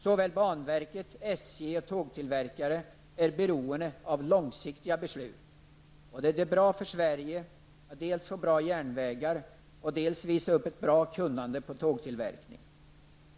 Såväl banverket och SJ som tågtillverkare är beroende av långsiktiga beslut, och det är bra för Sverige att dels få bra järnvägar, dels visa upp ett bra kunnande när det gäller tågtillverkning.